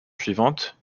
suivante